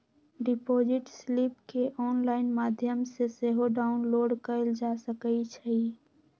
deposit slip केंऑनलाइन माध्यम से सेहो डाउनलोड कएल जा सकइ छइ